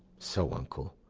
so, uncle,